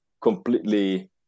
completely